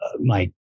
Mike